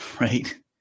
right